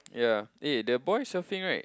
ya eh the boy surfing right